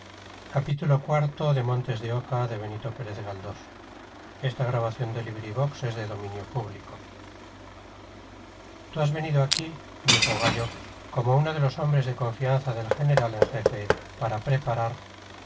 tú has venido aquí dijo gallo como uno de los hombres de confianza del general en jefe para preparar